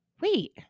wait